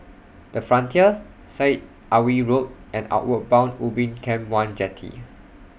The Frontier Syed Alwi Road and Outward Bound Ubin Camp one Jetty